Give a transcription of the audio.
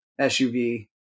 SUV